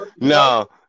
No